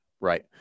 right